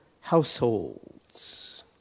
households